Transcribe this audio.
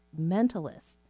mentalists